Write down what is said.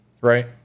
right